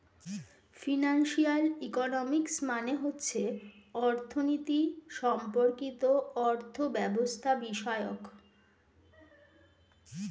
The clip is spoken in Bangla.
ফিনান্সিয়াল ইকোনমিক্স মানে হচ্ছে অর্থনীতি সম্পর্কিত অর্থব্যবস্থাবিষয়ক